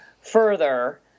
further